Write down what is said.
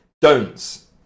Don'ts